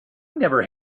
never